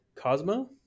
Cosmo